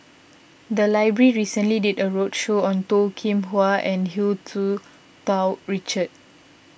the library recently did a roadshow on Toh Kim Hwa and Hu Tsu Tau Richard